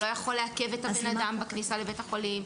הוא לא יכול לעכב את הבן אדם בכניסה לבית החולים,